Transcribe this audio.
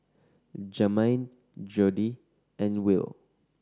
Jermain Jordi and Will